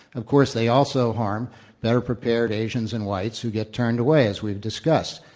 of course, they also harm better-prepared asians and whites who get turned away, as we've discussed.